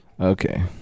Okay